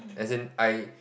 as in I